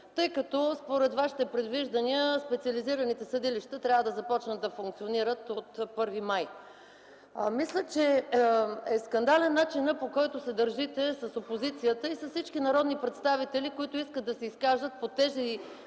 тъй като според вашите предвиждания специализираните съдилища трябва да започнат да функционират от 1 май. Мисля, че е скандален начинът, по който се държите с опозицията и с всички народни представители, които искат да се изкажат по тези